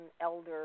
elder